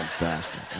bastard